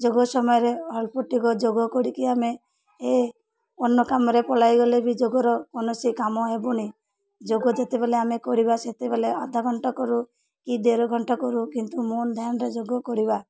ଯୋଗ ସମୟରେ ଅଳ୍ପଟିକ ଯୋଗ କରିକି ଆମେ ଏ ଅନ୍ୟ କାମରେ ପଲାଇଗଲେ ବି ଯୋଗର କୌନସି କାମ ହେବନି ଯୋଗ ଯେତେବେଲେ ଆମେ କରିବା ସେତେବେଲେ ଆଧା ଘଣ୍ଟା କରୁ କି ଦେଢ଼ ଘଣ୍ଟା କରୁ କିନ୍ତୁ ମନ୍ ଧ୍ୟାନରେ ଯୋଗ କରିବା